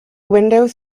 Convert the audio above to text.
windows